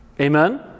Amen